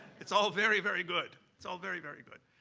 it's all very, very good. it's all very, very good.